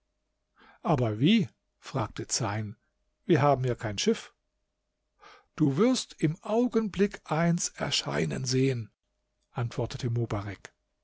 aber wie fragte zeyn wir haben ja kein schiff du wirst im augenblick eins erscheinen sehen antwortete mobarek